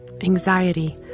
Anxiety